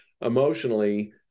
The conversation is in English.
emotionally